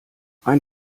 ein